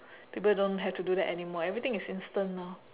people don't have to do that anymore everything is instant now